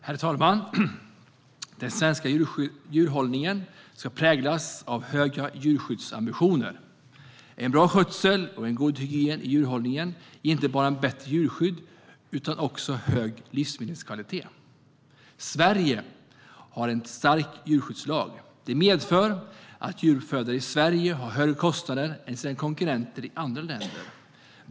Herr talman! Den svenska djurhållningen ska präglas av höga djurskyddsambitioner. Bra skötsel och god hygien i djurhållningen ger inte bara bättre djurskydd utan också hög livsmedelskvalitet. Sverige har en stark djurskyddslag. Det medför att djuruppfödare i Sverige har högre kostnader än konkurrenterna i andra länder.